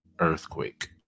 earthquake